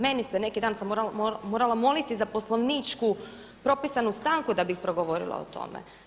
Meni se neki dan sam morala moliti za poslovničku propisanu stanku da bih progovorila o tome.